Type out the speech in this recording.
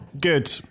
Good